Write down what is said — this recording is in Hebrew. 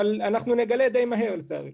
אבל אנחנו נגלה די מהר, לצערי.